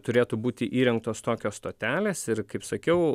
turėtų būti įrengtos tokios stotelės ir kaip sakiau